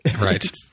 Right